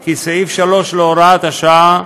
כי סעיף 3 להוראת השעה,